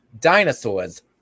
Dinosaurs